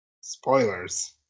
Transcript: Spoilers